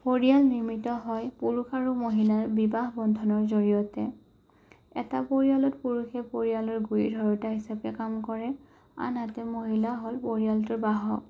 পৰিয়াল নিৰ্মিত হয় পুৰুষ আৰু মহিলাৰ বিবাহ বন্ধনৰ জৰিয়তে এটা পৰিয়ালত পুৰুষে পৰিয়ালৰ গুৰি ধৰোঁতা হিচাপে কাম কৰে আনহাতে মহিলা হ'ল পৰিয়ালটোৰ বাহক